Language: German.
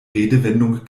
redewendung